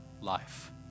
life